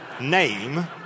name